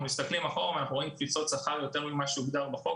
אנחנו מסתכלים אחורה ורואים קפיצות שכר יותר ממה שהוגדר בחוק,